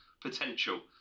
Potential